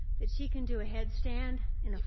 that she can do a head stand in ah